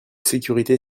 sécurité